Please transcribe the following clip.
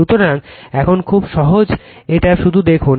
সুতরাং এখন খুব সহজ এটা শুধু দেখুন